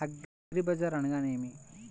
అగ్రిబజార్ అనగా నేమి?